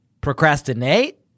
Procrastinate